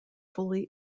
fully